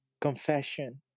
Confession